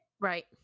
Right